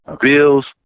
Bills